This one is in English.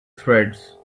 threads